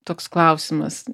toks klausimas